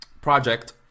project